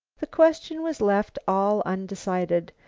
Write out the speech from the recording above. the question was left all undecided.